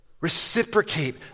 reciprocate